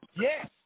yes